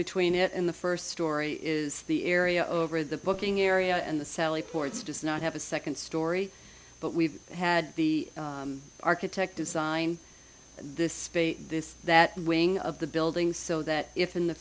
between it and the first story is the area over the booking area and the sally ports does not have a second story but we've had the architect design this space this that wing of the building so that if in the